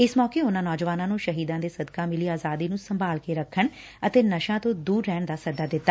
ਇਸ ਮੌਕੇ ਉਨਾਂ ਨੌਜਵਾਨਾਂ ਨੂੰ ਸ਼ਹੀਦਾਂ ਦੇ ਸਦਕਾ ਮਿਲੀ ਆਜ਼ਾਦੀ ਨੂੰ ਸੰਭਾਲ ਕੇ ਰੱਖਣ ਅਤੇ ਨਸ਼ਿਆਂ ਤੋਂ ਦੁਰ ਰਹਿਣ ਦਾ ਸੱਦਾ ਦਿੱਤਾ